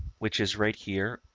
which is right here.